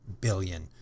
billion